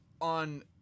on